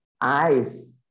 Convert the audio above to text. eyes